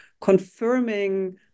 confirming